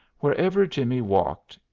wherever jimmie walked,